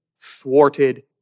Thwarted